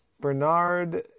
Bernard